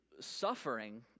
suffering